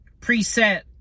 preset